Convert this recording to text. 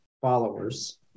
followers